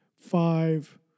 five